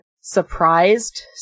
surprised